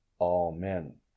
Amen